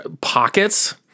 pockets